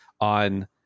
on